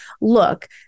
look